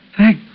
Thank